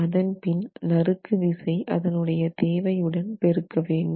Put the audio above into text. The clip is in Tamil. அதன்பின் நறுக்கு விசை அதனுடைய தேவை உடன் பெருக்க வேண்டும்